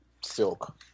silk